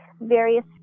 various